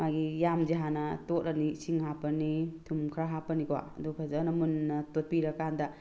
ꯃꯥꯒꯤ ꯌꯥꯝꯁꯦ ꯍꯥꯟꯅ ꯇꯣꯠꯂꯅꯤ ꯏꯁꯤꯡ ꯍꯥꯞꯄꯅꯤ ꯊꯨꯝ ꯈꯔ ꯍꯥꯞꯄꯅꯤꯀꯣ ꯑꯗꯨꯒ ꯐꯖꯅ ꯃꯨꯟꯅ ꯇꯣꯠꯄꯤꯔꯀꯥꯟꯗ